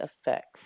effects